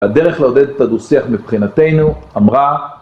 הדרך לעודד את הדו-שיח מבחינתנו אמרה